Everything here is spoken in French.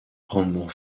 rendement